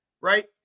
right